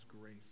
grace